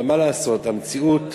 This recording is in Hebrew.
אבל מה לעשות, המציאות,